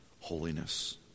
holiness